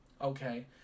okay